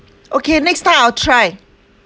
okay next time I'll try